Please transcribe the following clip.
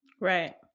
Right